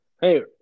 Hey